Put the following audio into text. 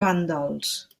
vàndals